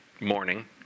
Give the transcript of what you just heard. morning